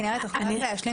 כנרת, תוכלי להשלים?